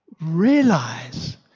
realize